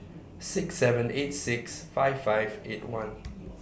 six seven eight six five five eight one